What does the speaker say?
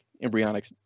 embryonic